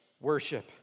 worship